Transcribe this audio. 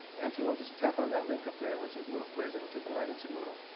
and so they'll just tap on that link up there where it says moodle quiz and it'll take them right into moodle.